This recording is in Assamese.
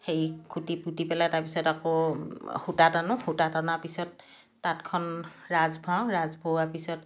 সেই খুঁটি পুতি পেলাই তাৰ পিছত আকৌ সূতা টানো সূতা টনাৰ পিছত তাঁতখন ৰাঁচ ভৰাওঁ ৰাঁচ ভৰোৱাৰ পিছত